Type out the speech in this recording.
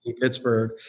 Pittsburgh